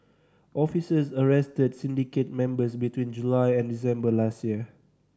officers arrested syndicate members between July and December last year